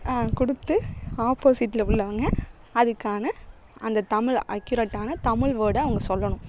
கொடுத்து ஆப்போசிட்டில் உள்ளவங்கள் அதுக்கான அந்த தமிழ் அக்கியூரட்டான தமிழ் வேர்டை அவங்க சொல்லணும்